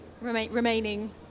remaining